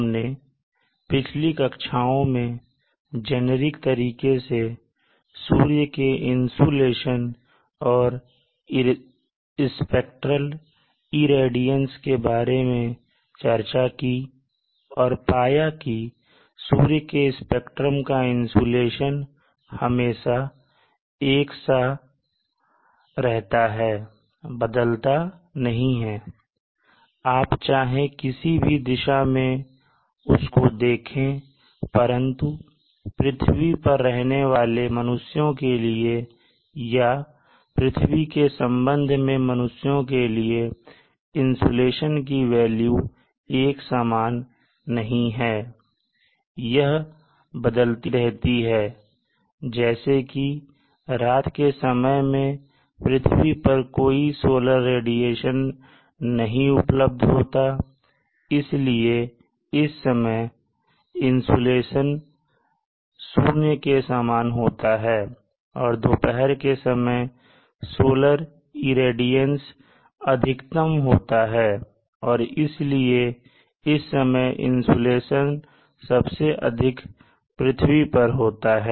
हमने पिछली कक्षाओं में जेनेरिक तरीके से सूर्य के इंसुलेशन और स्पेक्ट्रल रेडियंस के बारे में चर्चा की और पाया की सूर्य के स्पेक्ट्रम का इंसुलेशन हमेशा एकसा रहता है बदलता नहीं है चाहे आप किसी भी दिशा से उसको देखें परंतु पृथ्वी पर रहने वाले मनुष्यों के लिए या पृथ्वी के संबंध में मनुष्यों के लिए इंसुलेशन की वेल्यू एक समान नहीं है यह बदलती रहती है जैसे कि रात के समय में पृथ्वी पर कोई सोलर रेडिएशन नहीं उपलब्ध होता इसलिए इस समय इंसुलेशन शून्य के समान होता है और दोपहर के समय सोलर रेडिएशन अधिकतम होता है और इसलिए इस समय इंसुलेशन सबसे अधिक पृथ्वी पर होता है